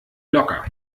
locker